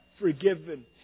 forgiven